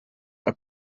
are